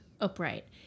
upright